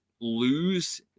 lose